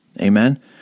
Amen